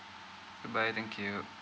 goodbye thank you